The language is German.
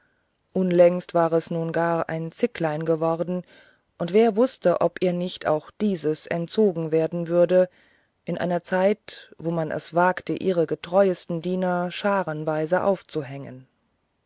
unlängst war es nun gar ein zicklein geworden und wer wußte ob ihr nicht auch diese entzogen werden würden in einer zeit wo man es wagte ihre getreuesten diener scharenweise aufzuhängen